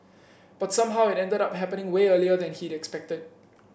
but somehow it ended up happening way earlier than he'd expected